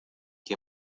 qué